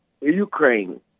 Ukraine